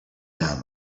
down